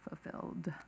fulfilled